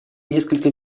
несколько